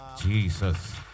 Jesus